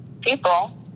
people